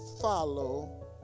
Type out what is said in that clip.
follow